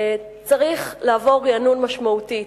צריך לעבור רענון משמעותי.